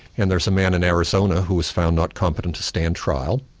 and there's a man in arizona who was found not competent to stand trial,